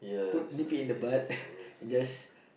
put nip it in the bud and just